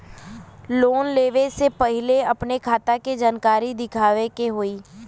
Loan लेवे से पहिले अपने खाता के जानकारी दिखावे के होई?